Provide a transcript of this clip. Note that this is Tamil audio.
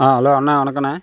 ஹலோ அண்ணே வணக்கோண்ணே